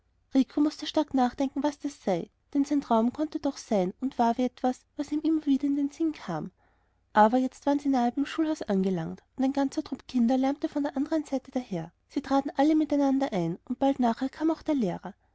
mußte stark nachdenken wie das sei denn sein traum konnte doch sein und war nur wie etwas das ihm wieder in den sinn kam aber jetzt waren sie nahe beim schulhaus angelangt und ein ganzer trupp kinder lärmte von der anderen seite daher sie traten alle miteinander ein und bald nachher kam auch der lehrer